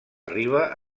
riba